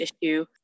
issue